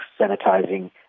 sanitizing